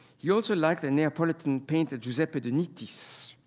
he also like the neapolitan painter giuseppe de nittis,